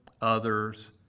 others